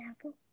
apple